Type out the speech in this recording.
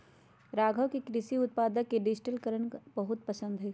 राघव के कृषि उत्पादक के डिजिटलीकरण करे ला पसंद हई